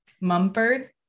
Mumford